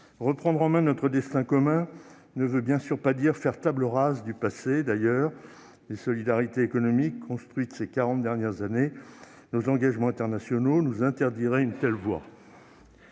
Reprendre en main notre destin commun ne veut bien sûr pas dire faire table rase du passé. D'ailleurs, les solidarités économiques construites ces quarante dernières années et nos engagements internationaux nous interdiraient de nous